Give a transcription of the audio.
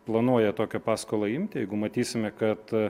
planuoja tokią paskolą imti jeigu matysime kad